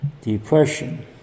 depression